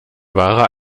wahrer